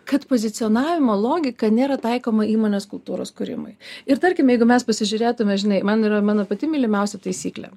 kad pozicionavimo logika nėra taikoma įmonės kultūros kūrimui ir tarkime jeigu mes pasižiūrėtumėme žinai man yra mano pati mylimiausia taisyklė